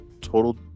Total